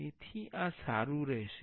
તેથી આ સારું રહેશે